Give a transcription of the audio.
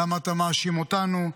למה אתה מאשים אותנו?